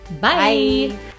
Bye